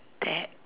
that